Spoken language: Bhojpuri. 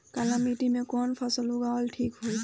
काली मिट्टी में कवन फसल उगावल ठीक होई?